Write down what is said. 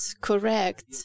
correct